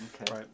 Okay